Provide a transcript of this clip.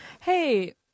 Hey